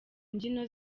mbyino